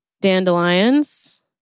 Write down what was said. Dandelions